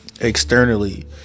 externally